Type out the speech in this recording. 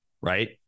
right